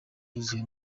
bwuzuye